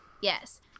yes